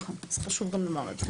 זה חשוב גם לומר את זה.